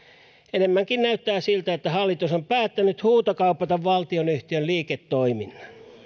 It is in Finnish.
enemmänkin näyttää siltä että hallitus on päättänyt huutokaupata valtionyhtiön liiketoiminnan